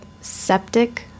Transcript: septic